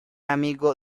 amigo